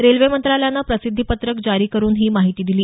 railway मंत्रालयानं प्रसिद्धीपत्रक जारी करून ही माहिती दिली